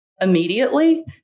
immediately